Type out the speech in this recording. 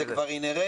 זה כבר אינהרנטי.